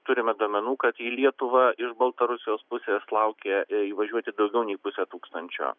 turime duomenų kad į lietuvą iš baltarusijos pusės laukia įvažiuoti daugiau nei pusė tūkstančio